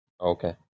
Okay